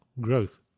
growth